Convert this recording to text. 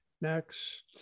next